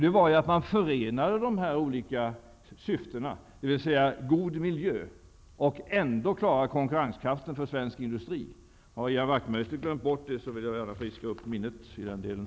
Den var ju att man förenade dessa olika syften, dvs. att skapa en god miljö och ändå klara konkurrenskraften för svensk industri. Om Ian Wachtmeister har glömt bort det, vill jag gärna friska upp minnet i den delen.